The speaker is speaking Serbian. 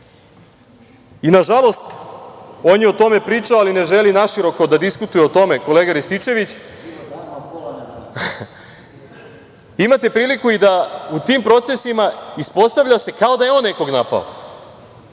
Nažalost, on je o tome pričao, ali ne želi naširoko da diskutuje o tome kolega Rističević. Imate priliku i da u tim procesima, ispostavlja se kao da je on nekog napao. Onda